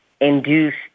induced